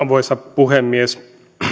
arvoisa puhemies